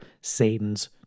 Satan's